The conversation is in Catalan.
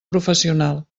professional